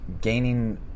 gaining